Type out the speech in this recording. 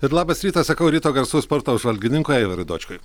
ir labas rytas sakau ryto garsų sporto apžvalgininkui aivarui dočkui